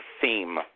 theme